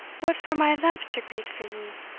what for am i left to greet for ye!